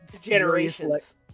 Generations